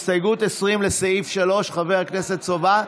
הסתייגות 20, לסעיף 3, חבר הכנסת סובה?